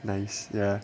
nice ya